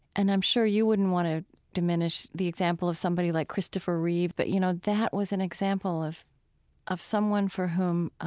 and i'm sure you wouldn't want to diminish the example of somebody like christopher reeve, but, you know, that was an example of of someone for whom, um,